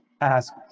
ask